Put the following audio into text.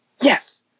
Yes